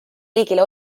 riigile